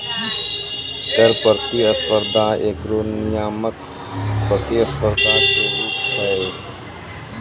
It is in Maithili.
कर प्रतिस्पर्धा एगो नियामक प्रतिस्पर्धा के रूप छै